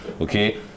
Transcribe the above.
Okay